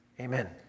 Amen